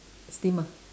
steamer